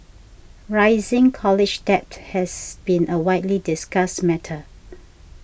rising college debt has been a widely discussed matter